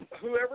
whoever